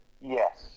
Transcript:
Yes